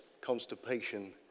constipation